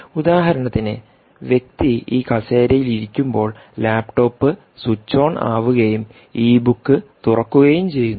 ഉദാഹരണത്തിന് വ്യക്തി ഈ കസേരയിൽ ഇരിക്കുമ്പോൾ ലാപ്ടോപ്പ് സ്വിച്ച് ഓൺ ആവുകയും ഇ ബുക്ക് തുറക്കുകയും ചെയ്യുന്നു